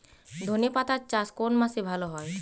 ধনেপাতার চাষ কোন মাসে ভালো হয়?